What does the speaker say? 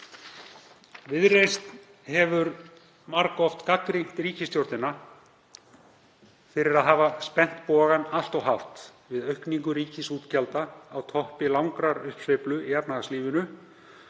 Viðreisn hefur margoft gagnrýnt ríkisstjórnina fyrir að hafa spennt bogann allt of hátt við aukningu ríkisútgjalda á toppi langrar uppsveiflu í efnahagslífinu